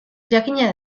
jakina